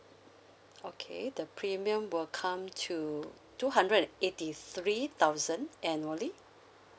okay the premium will come to two hundred and eighty three thousand annually